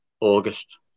August